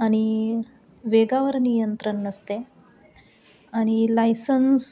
आणि वेगावर नियंत्रण नसते आणि लायसन्स